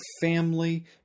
family